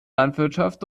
landwirtschaft